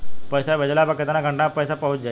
पैसा भेजला पर केतना घंटा मे पैसा चहुंप जाई?